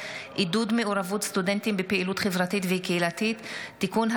עידוד מעורבות סטודנטים בפעילות חברתית וקהילתית (תיקון,